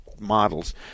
models